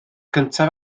cyntaf